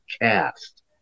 cast